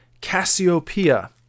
Cassiopeia